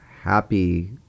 happy